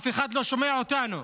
אף אחד לא שומע אותנו.